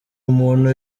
umuntu